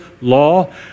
law